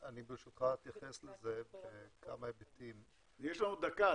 אני ברשותך אתייחס לזה בכמה היבטים בדקה.